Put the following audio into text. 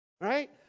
right